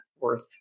worth